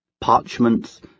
Parchments